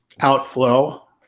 outflow